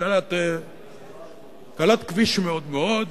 וקלת כביש מאוד מאוד.